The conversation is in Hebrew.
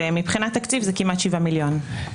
ומבחינת תקציב זה כמעט 7 מיליון שקל.